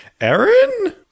Aaron